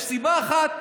יש סיבה אחת